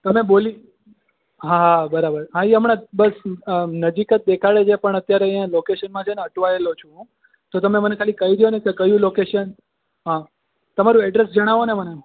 તમે બોલી હા બરાબર હા એ હમણાં જ બસ નજીક જ દેખાડે છે પણ અત્યારે અહીંયા લોકેશનમાં છે ને અટવાયેલો છું હું તો તમે મને ખાલી કહી દો ને કે કયું લોકેશન હં તમારું એડ્રેસ જણાવો ને મને